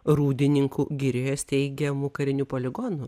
rūdininkų girioje steigiamu kariniu poligonu